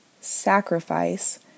sacrifice